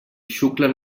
xuclen